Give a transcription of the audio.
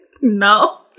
No